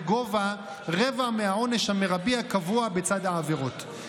בגובה רבע מהעונש המרבי הקבוע בצד העבירות.